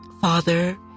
Father